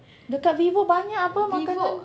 dekat Vivo banyak apa makanan